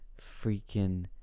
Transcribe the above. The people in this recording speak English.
freaking